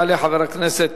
יעלה חבר הכנסת